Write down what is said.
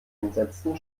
entsetzten